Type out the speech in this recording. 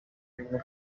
ururimi